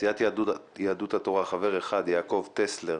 סיעת יהדות התורה, חבר אחד: יעקב טסלר,